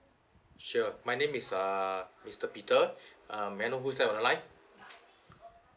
sure my name is uh mr peter um may I know who's there on line